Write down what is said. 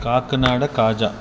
Kakinada కాజా